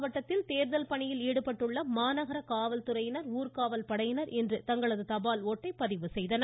நெல்லை மாவட்டத்தில் தேர்தல் பணியில் ஈடுபட்டுள்ள மாநகர காவல்துறையினர் ஊர்க்காவல் படையினர் இன்று தங்களது தபால் ஓட்டை பதிவு செய்தனர்